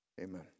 amen